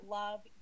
love